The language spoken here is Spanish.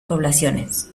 poblaciones